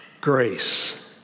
grace